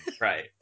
right